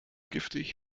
giftig